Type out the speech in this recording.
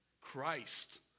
Christ